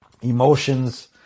emotions